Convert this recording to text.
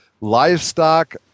Livestock